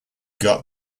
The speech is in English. got